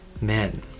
men